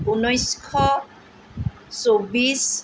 ঊনৈছশ চৌবিছ